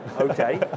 Okay